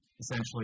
essentially